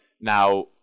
Now